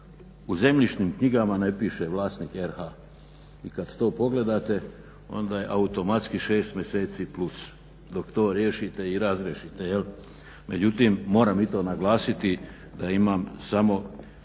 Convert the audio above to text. u zemljišnim knjigama ne piše vlasnik RH. i kada to pogledate onda je automatski 6 mjeseci plus dok to riješite i razriješite. Međutim moram i to naglasiti da imam samo